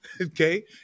Okay